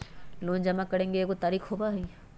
Loan जमा करेंगे एगो तारीक होबहई?